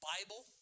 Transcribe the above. Bible